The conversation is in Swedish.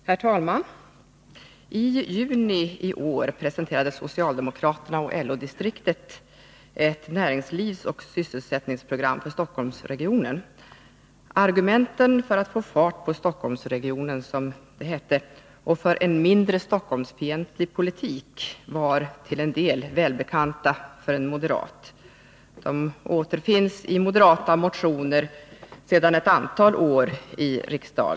Herr talman! I juni i år presenterade socialdemokraterna och LO distriktet ett näringslivsoch sysselsättningsprogram för Stockholmsregionen. Argumenten för att få fart på Stockholmsregionen, som det hette, och för en mindre Stockholmsfientlig politik var till en del välbekanta för en moderat. De återfinns i moderata motioner i riksdagen sedan ett antal år tillbaka.